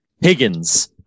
Higgins